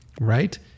right